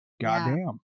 Goddamn